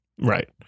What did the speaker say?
Right